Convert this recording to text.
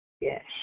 Yes